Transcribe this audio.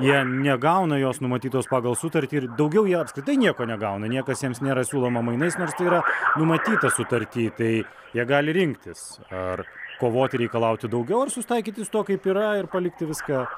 jie negauna jos numatytos pagal sutartį ir daugiau jie apskritai nieko negauna niekas jiems nėra siūloma mainais nors tai yra numatyta sutarty tai jie gali rinktis ar kovoti reikalauti daugiau ar susitaikyti su tuo kaip yra ir palikti viską